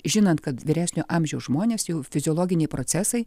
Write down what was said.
žinant kad vyresnio amžiaus žmonės jau fiziologiniai procesai